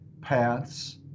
Paths